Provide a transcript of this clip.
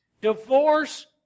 divorce